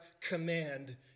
command